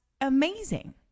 amazing